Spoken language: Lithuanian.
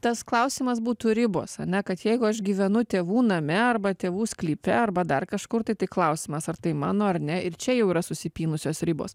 tas klausimas būtų ribos ane kad jeigu aš gyvenu tėvų name arba tėvų sklype arba dar kažkur tai tai klausimas ar tai mano ar ne ir čia jau yra susipynusios ribos